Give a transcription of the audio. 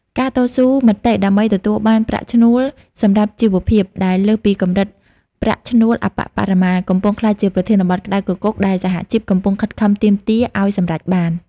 ការតស៊ូមតិដើម្បីទទួលបាន "ប្រាក់ឈ្នួលសម្រាប់ជីវភាព" ដែលលើសពីកម្រិតប្រាក់ឈ្នួលអប្បបរមា កំពុងក្លាយជាប្រធានបទក្តៅគគុកដែលសហជីពកំពុងខិតខំទាមទារឱ្យសម្រេចបាន។